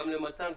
גם למתן,